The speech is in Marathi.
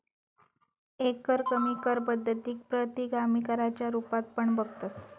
एकरकमी कर पद्धतीक प्रतिगामी कराच्या रुपात पण बघतत